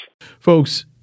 Folks